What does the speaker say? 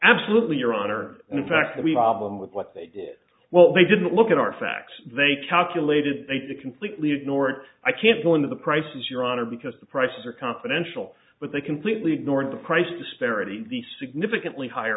absolutely your honor and in fact we problem with what they did well they didn't look at our facts they calculated take the completely ignored i can't go into the prices your honor because the prices are confidential but they completely ignore the price disparity the significantly higher